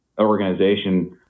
organization